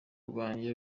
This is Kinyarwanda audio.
rwanjye